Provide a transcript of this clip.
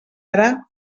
ara